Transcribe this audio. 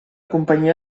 companyia